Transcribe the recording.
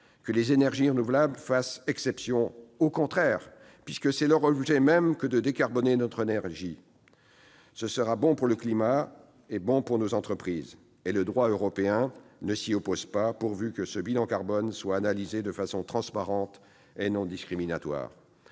que les énergies renouvelables fassent exception. Au contraire ! C'est leur objet même de décarboner notre énergie. Ce sera bon pour le climat et pour nos entreprises. Le droit européen ne s'y oppose pas, pourvu que ce bilan carbone soit analysé de manière transparente et non discriminatoire.